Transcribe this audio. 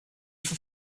for